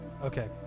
Okay